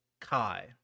Kai